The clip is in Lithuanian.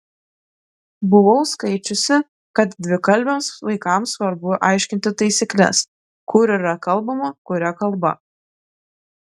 buvau skaičiusi kad dvikalbiams vaikams svarbu aiškinti taisykles kur yra kalbama kuria kalba